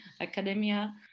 academia